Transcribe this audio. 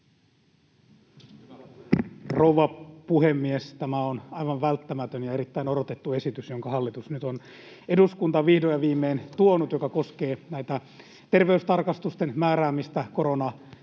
Rouva puhemies! Tämä on aivan välttämätön ja erittäin odotettu esitys, jonka hallitus nyt on eduskuntaan vihdoin ja viimein tuonut ja joka koskee terveystarkastusten määräämistä koronapandemiaa